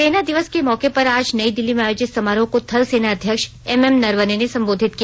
सेना दिवस के मौके पर आज नई दिल्ली में आयोजित समारोह को थल सेना अध्यक्ष एम एम नरवने ने संबोधित किया